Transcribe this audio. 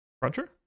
Cruncher